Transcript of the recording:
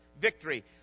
victory